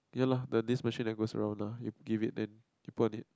ya lah the this machine that goes around ah you give it then you put on it